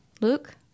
Luke